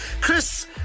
Chris